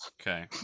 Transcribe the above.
Okay